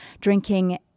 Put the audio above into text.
drinking